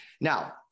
Now